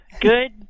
Good